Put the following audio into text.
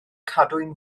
cadwyn